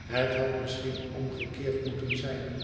het had misschien omgekeerd moeten zijn